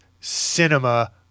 cinema